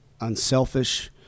unselfish